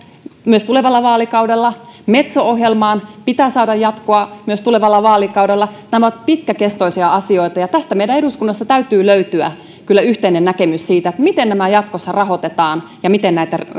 myös tulevalla vaalikaudella metso ohjelmaan pitää saada jatkoa myös tulevalla vaalikaudella nämä ovat pitkäkestoisia asioita ja meidän eduskunnassa täytyy kyllä löytää yhteinen näkemys siitä miten nämä jatkossa rahoitetaan ja miten näitä